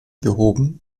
behoben